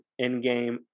Endgame